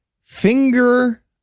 Finger